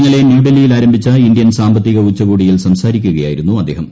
ഇന്നലെ ന്യൂഡൽഹിയിൽ ആരംഭിച്ച ഇന്ത്യൻ സാമ്പത്തിക ഉച്ചകോടിയിൽ സംസാരിക്കുകയായിരുന്നു അദ്ദേഹം